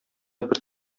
бер